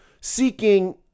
seeking